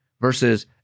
versus